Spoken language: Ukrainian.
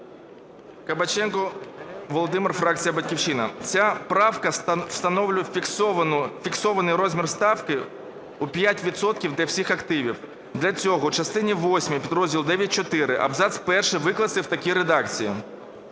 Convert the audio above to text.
Кабаченко Володимир, фракція "Батьківщина". Ця правка встановлює фіксований розмір ставки у 5 відсотків для всіх активів. Для цього в частині восьмій підрозділ 9.4 абзац перший викласти в такій редакції: